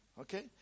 Okay